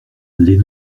les